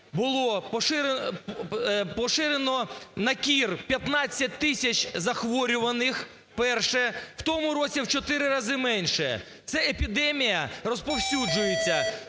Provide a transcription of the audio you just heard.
було поширено на кір 15 тисячзахворюваних вперше. В тому році в чотири рази менше. Це епідемія розповсюджується.